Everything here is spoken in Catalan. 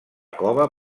cova